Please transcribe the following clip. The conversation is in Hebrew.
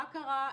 מה קרה,